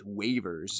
waivers